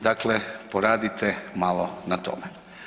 Dakle, poradite malo na tome.